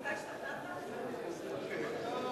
לא שכנעת.